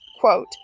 quote